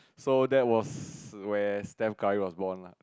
so that was where Stephen-Curry was born lah